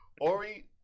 Ori